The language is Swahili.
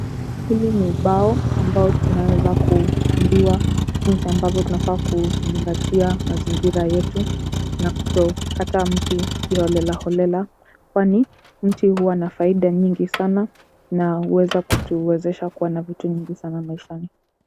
Hili ni ubao ambao tunaweza kuambiwa jinsi ambavyo tunafaa kuzingatia mazingira yetu, na kutokata mti kiholela holela kwani, mti huwa na faida nyingi sana na huweza kutuwezesha kuwa na vitu nyingi sana maishani.